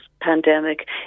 pandemic